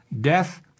Death